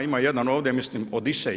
Ima jedan ovdje, mislim Odisej.